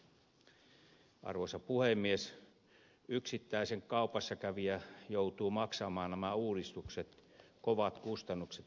yksittäinen kaupassa kävijä joutuu maksamaan näiden uudistusten kovat kustannukset rahana